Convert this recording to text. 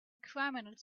criminals